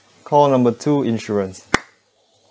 call number two insurance